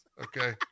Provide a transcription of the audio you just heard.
Okay